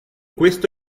questo